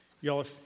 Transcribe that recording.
Y'all